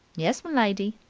yes, m'lady.